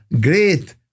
great